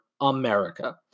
America